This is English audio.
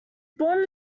born